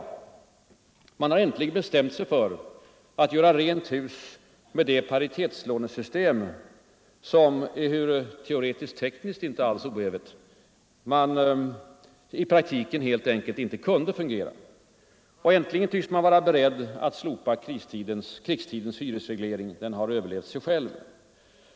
Äntligen har man bestämt sig för att göra rent hus med det paritetslånesystem som — ehuru teoretiskt-tekniskt inte alls oävet — i praktiken helt enkelt inte kunde fungera. Och äntligen tycks man vara beredd att slopa krigstidens hyresreglering. Den har överlevt sig själv.